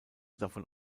davon